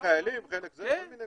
כן, חלק חיילים, חלק זה, כל מיני.